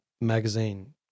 magazine